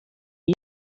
see